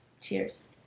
Cheers